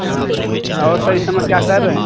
हाँ सर और सर इस समय क्या कर रहे हैं